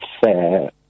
fair